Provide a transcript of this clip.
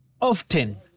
often